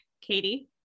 Katie